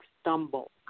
stumble